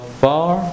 far